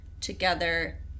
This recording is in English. together